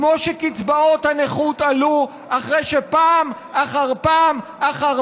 כמו שקצבאות הנכות עלו אחרי שפעם אחר פעם אחר